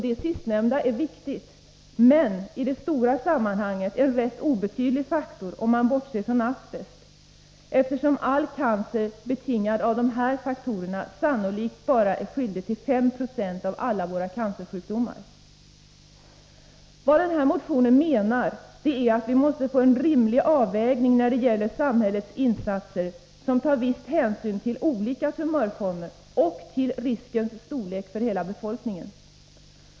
Det sistnämnda är viktigt, men i det stora sammanhanget en rätt obetydlig faktor, om man bortser från asbest, eftersom all cancer betingad av de här faktorerna sannolikt bara är skyldig till 5 26 av alla våra cancersjukdomar. Vad den här motionen menar är att vi måste få en rimlig avvägning när det gäller samhällets insatser, som tar viss hänsyn till olika tumörformer och till riskens storlek för hela befolkningen.